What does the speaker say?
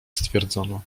stwierdzono